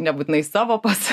nebūtinai savo pas